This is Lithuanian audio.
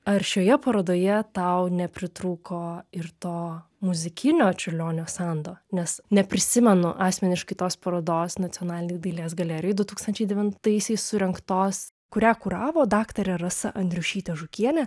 ar šioje parodoje tau nepritrūko ir to muzikinio čiurlionio sando nes neprisimenu asmeniškai tos parodos nacionalinėj dailės galerijoj du tūkstančiai devintaisiais surengtos kurią kuravo daktarė rasa andriušytė žukienė